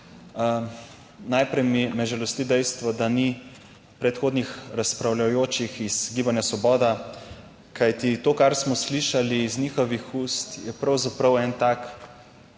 Najprej me žalosti dejstvo, da ni predhodnih razpravljajočih iz Gibanja Svoboda, kajti to, kar smo slišali iz njihovih ust, je pravzaprav en tak